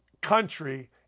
country